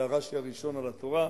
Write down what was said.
זה הרש"י הראשון על התורה,